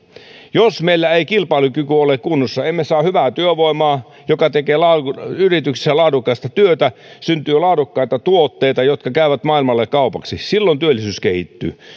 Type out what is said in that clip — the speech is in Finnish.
jos meillä ei kilpailukyky ole kunnossa emme saa hyvää työvoimaa joka tekee yrityksessä laadukasta työtä josta syntyy laadukkaita tuotteita jotka käyvät maailmalla kaupaksi sillä tavoin työllisyys kehittyy